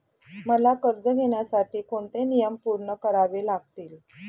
मला कर्ज घेण्यासाठी कोणते नियम पूर्ण करावे लागतील?